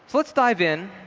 let's dive in